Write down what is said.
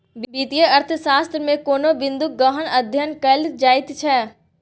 वित्तीय अर्थशास्त्रमे कोनो बिंदूक गहन अध्ययन कएल जाइत छै